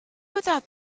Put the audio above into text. without